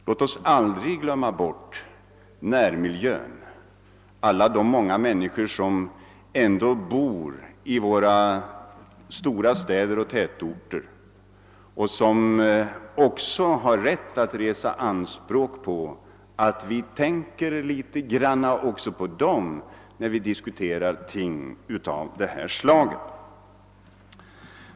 Låt oss aldrig glömma bort närmiljön — alla de många människor som ändå bor i våra stora städer och tätorter och som också har rätt att resa anspråk på att vi skall tänka litet grand också på dem när vi diskuterar ting av detta slag!